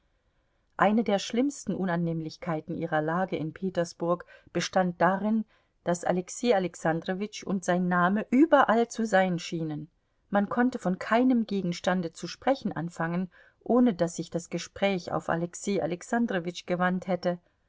eine der schlimmsten unannehmlichkeiten ihrer lage in petersburg bestand darin daß alexei alexandrowitsch und sein name überall zu sein schienen man konnte von keinem gegenstande zu sprechen anfangen ohne daß sich das gespräch auf alexei alexandrowitsch gewandt hätte